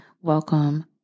welcome